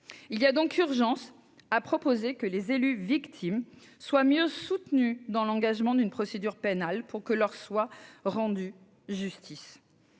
Il y a donc urgence à proposer que les élus victimes soient mieux soutenus dans l'engagement d'une procédure pénale, afin que justice leur soit rendue.